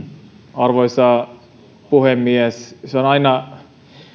arvoisa puhemies se on aina